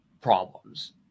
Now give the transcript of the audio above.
problems